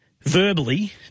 verbally